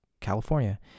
California